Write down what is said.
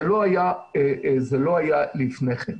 זה לא היה לפני כן.